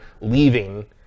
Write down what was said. leaving